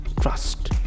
trust